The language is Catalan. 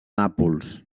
nàpols